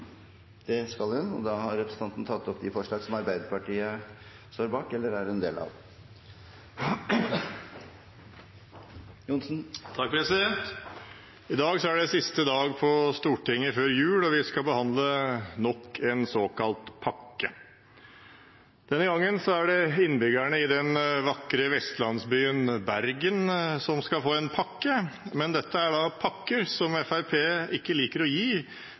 Arbeiderpartiet og SV. I dag er det siste dag på Stortinget før jul, og vi skal behandle nok en såkalt pakke. Denne gangen er det innbyggerne i den vakre vestlandsbyen Bergen som skal få en pakke, men dette er en pakke som Fremskrittspartiet ikke liker å gi